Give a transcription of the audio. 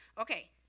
Okay